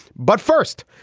but first,